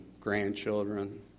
grandchildren